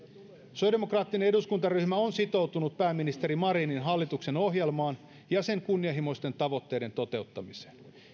sosiaalidemokraattinen eduskuntaryhmä on sitoutunut pääministeri marinin hallituksen ohjelmaan ja sen kunnianhimoisten tavoitteiden toteuttamiseen